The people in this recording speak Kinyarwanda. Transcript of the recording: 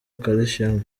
calcium